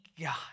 God